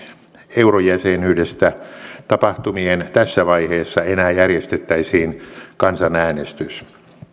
eurojäsenyydestä tapahtumien tässä vaiheessa enää järjestettäisiin kansanäänestys